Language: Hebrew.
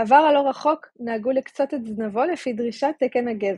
בעבר הלא רחוק נהגו לקצוץ את זנבו לפי דרישת תקן הגזע.